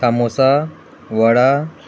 samosa वडा